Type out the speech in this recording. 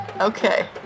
Okay